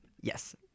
yes